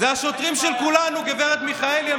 זה השוטרים של כולנו, גב' מיכאלי.